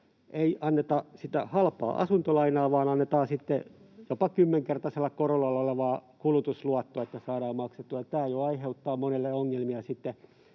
ei anneta sitä halpaa asuntolainaa vaan annetaan sitten jopa kymmenkertaisella korolla olevaa kulutusluottoa, ja tämä aiheuttaa monelle ongelmia